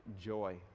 joy